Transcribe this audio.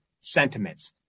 sentiments